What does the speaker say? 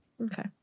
Okay